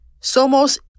somos